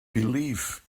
believe